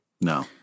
No